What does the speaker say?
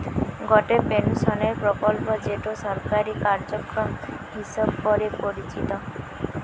গটে পেনশনের প্রকল্প যেটো সরকারি কার্যক্রম হিসবরে পরিচিত